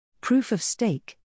Proof-of-stake